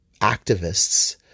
activists